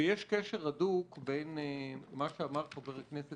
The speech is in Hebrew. ויש קשר הדוק בין מה שאמר חבר הכנסת